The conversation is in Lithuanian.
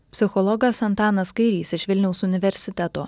psichologas antanas kairys iš vilniaus universiteto